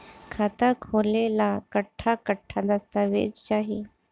खाता खोले ला कट्ठा कट्ठा दस्तावेज चाहीं?